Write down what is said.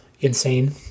insane